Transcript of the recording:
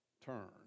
turn